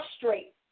Frustrate